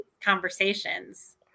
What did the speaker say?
conversations